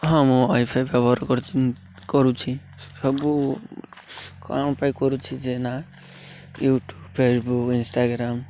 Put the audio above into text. ହଁ ମୁଁ ୱାଇଫାଇ ବ୍ୟବହାର କରୁଛି ସବୁ କ'ଣ ପାଇଁ କରୁଛି ଯେ ନା ୟୁଟ୍ୟୁବ ଫେସବୁକ୍ ଇଷ୍ଟାଗ୍ରାମ